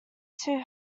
too